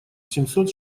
семьсот